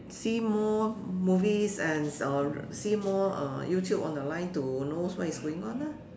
see more movies and uh see more uh YouTube on the line to know what is going on lah